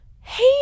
hey